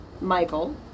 Michael